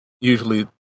usually